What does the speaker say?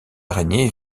araignée